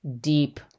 deep